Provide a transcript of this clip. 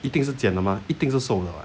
一定是减的吗一定是瘦了 [what]